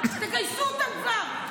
תגייסו אותם כבר.